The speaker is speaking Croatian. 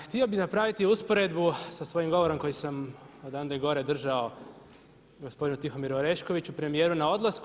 Htio bi napraviti usporedbu sa svojim govorom koji sam odande gore držao gospodinu Tihomiru Oreškoviću premijeru na odlasku.